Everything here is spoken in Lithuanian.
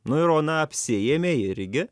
nu ir ona apsiėmė irgi